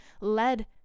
led